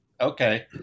okay